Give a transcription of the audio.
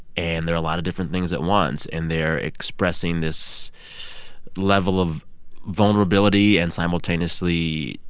and they're a lot of different things at once. and they're expressing this level of vulnerability and, simultaneously,